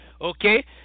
okay